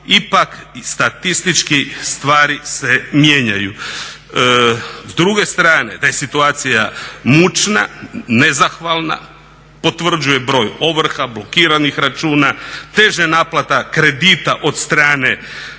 ipak statistički stvari se mijenjaju. S druge strane da je situacija mučna, nezahvalna potvrđuje broj ovrha, blokiranih računa, teže naplata kredita od strane